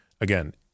Again